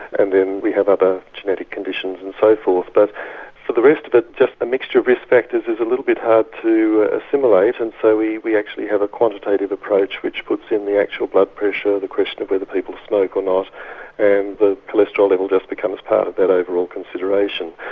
and then we have other genetic conditions and so forth. but for but the rest of it just a mixture of risk factors is a little bit hard to assimilate and so we we actually have a quantitative approach which puts in the actual blood pressure, the question of whether people smoke or not and the cholesterol level just becomes part of that overall consideration.